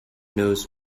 knows